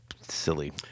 silly